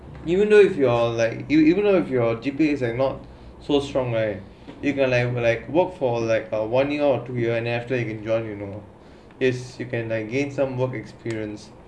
even though if you're like even though if your G_P_A is a not so strong right they got like work for like one year or two year and after you can join you know yes you can like gain some work experience